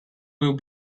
will